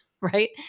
right